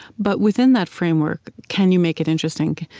but within that framework, can you make it interesting?